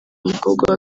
umukobwa